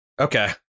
Okay